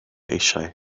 eisiau